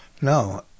No